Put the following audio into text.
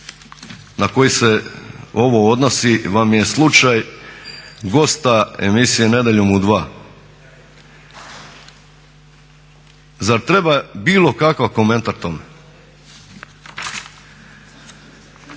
na koji se ovo odnosi vam je slučaj gosta emisije "Nedjeljom u 2". Zar treba bilo kakav komentar tome.